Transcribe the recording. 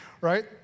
right